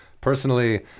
personally